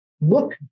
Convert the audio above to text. Look